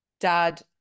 dad